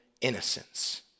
innocence